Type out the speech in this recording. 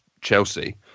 chelsea